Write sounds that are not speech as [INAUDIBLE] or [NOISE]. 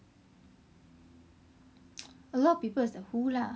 [NOISE] a lot people is like who lah